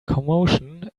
commotion